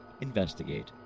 Investigate